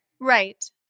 Right